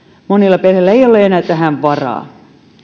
monilla perheillä ei ole enää tähän varaa